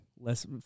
less